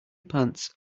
pants